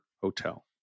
hotel